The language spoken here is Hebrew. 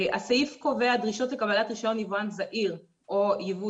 הסעיף קובע דרישות לקבלת רישיון יבואן זעיר או ייבוא